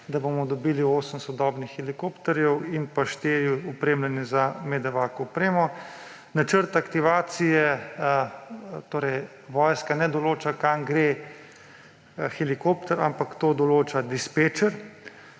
da bomo dobili osem sodobnih helikopterjev in pa štiri opremljene za medevac opremo. Načrt aktivacije ‒ torej, vojska ne določa, kam gre helikopter, ampak to določa dispečer.